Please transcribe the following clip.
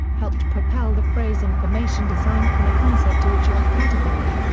helped propel the phrase information design from a concept to a job category.